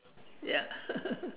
ya